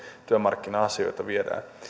työmarkkina asioita viedään